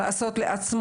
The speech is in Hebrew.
החופש לעשות לעצמו,